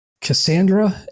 Cassandra